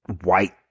white